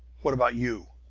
what about you?